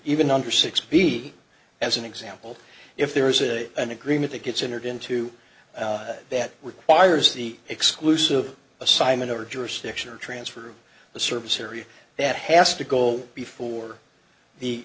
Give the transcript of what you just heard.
even under six feet as an example if there is a an agreement that gets entered into that requires the exclusive assignment or jurisdiction or transfer of the service area that has to go before the